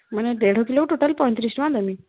ମାନେ ଦେଢ଼କିଲୋକୁ ଟୋଟାଲି ପଇଁତିରିଶି ଟଙ୍କା ଦେମି